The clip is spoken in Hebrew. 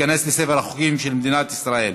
ותיכנס לספר החוקים של מדינת ישראל.